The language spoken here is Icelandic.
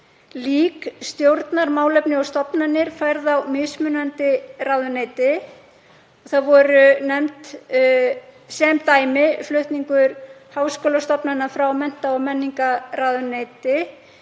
stjórnarmálefni og stofnanir færð á mismunandi ráðuneyti. Var sem dæmi nefndur flutningur háskólastofnana frá mennta- og menningarmálaráðuneyti